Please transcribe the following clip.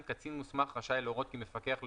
קצין מוסמך רשאי להורות כי מפקח לא